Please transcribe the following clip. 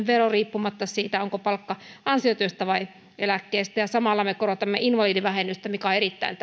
vero riippumatta siitä onko palkka ansiotyöstä vai eläkkeestä samalla me korotamme invalidivähennystä mikä on erittäin